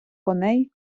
коней